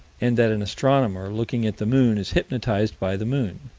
and that an astronomer looking at the moon is hypnotized by the moon,